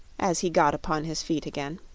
as he got upon his feet again.